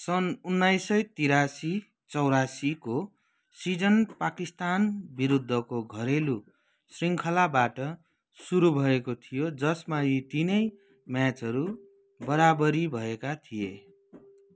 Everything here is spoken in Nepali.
सन् उन्नाइस सय त्रियासी चौरासीको सिजन पाकिस्तान विरुद्धको घरेलु शृङ्खलाबाट सुरु भएको थियो जसमा यी तिनै म्याचहरू बराबरी भएका थिए